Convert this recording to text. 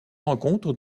rencontre